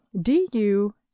du